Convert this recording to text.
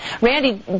Randy